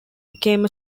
became